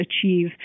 achieve